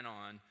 on